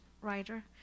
writer